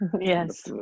Yes